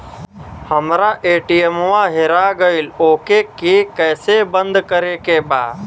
हमरा ए.टी.एम वा हेरा गइल ओ के के कैसे बंद करे के बा?